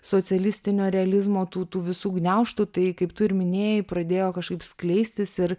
socialistinio realizmo tų tų visų gniaužtų tai kaip tu ir minėjai pradėjo kažkaip skleistis ir